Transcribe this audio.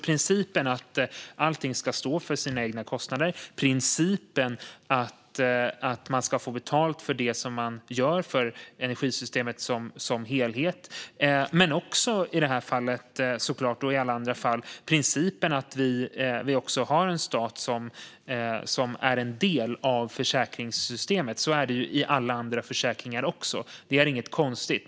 Principen är att alla ska stå för sina egna kostnader. Principen är att man ska få betalt för det som man gör för energisystemet som helhet. Men i det här fallet, såklart, och i alla andra fall finns också principen att vi har en stat som är en del av försäkringssystemet. Så är det i alla andra försäkringar också. Det är inget konstigt.